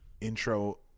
intro